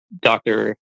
doctor